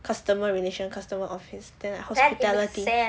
customer relation customer officer then like hospitality